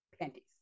panties